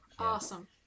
awesome